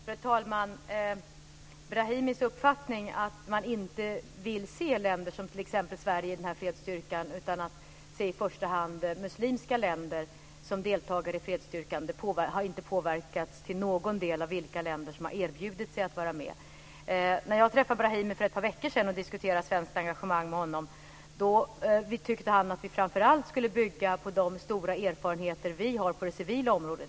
Fru talman! Brahimis uppfattning, att man inte vill se länder som t.ex. Sverige i den här fredsstyrkan utan att man i första hand vill se muslimska länder som deltagare i fredsstyrkan, har inte till någon del påverkats av vilka länder som har erbjudit sig att vara med. När jag träffade Brahimi för ett par veckor sedan och diskuterade ett svenskt engagemang med honom tyckte han att vi framför allt ska bygga på de stora erfarenheter vi har på det civila området.